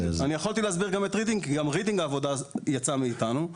יכולתי להסביר גם על רידינג כי גם על רידינג העבודה יצאה מאיתנו.